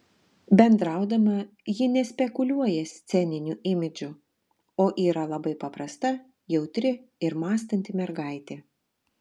bendraudama ji nespekuliuoja sceniniu imidžu o yra labai paprasta jautri ir mąstanti mergaitė